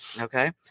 Okay